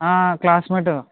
classmates